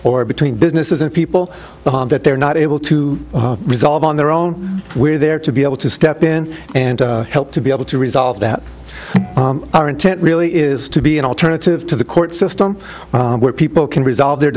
or between businesses and people that they're not able to resolve on their own we're there to be able to step in and help to be able to resolve that our intent really is to be an alternative to the court system where people can resolve their